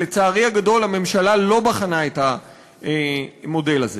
לצערי הגדול, הממשלה לא בחנה את המודל הזה.